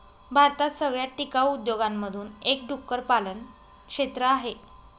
भारतात सगळ्यात टिकाऊ उद्योगांमधून एक डुक्कर पालन क्षेत्र आहे